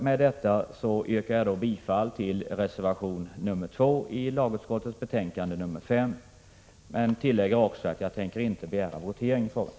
Med detta yrkar jag bifall till reservation 2 i lagutskottets betänkande nr 5, men jag tillägger att jag inte tänker begära votering i frågan.